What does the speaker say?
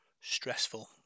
stressful